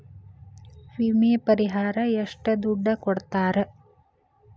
ವಿಮೆ ಪರಿಹಾರ ಎಷ್ಟ ದುಡ್ಡ ಕೊಡ್ತಾರ?